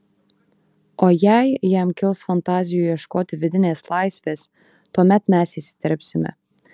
o jei jam kils fantazijų ieškoti vidinės laisvės tuomet mes įsiterpsime